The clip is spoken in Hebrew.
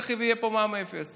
תכף יהיה כאן מע"מ אפס,